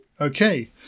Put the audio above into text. Okay